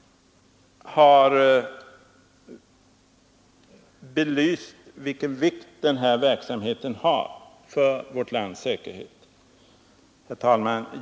— har belyst vilken vikt denna verksamhet har för vårt lands säkerhet. Herr talman!